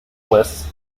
lists